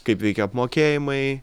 kaip veikia apmokėjimai